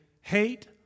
hate